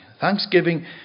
Thanksgiving